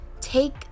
take